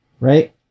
right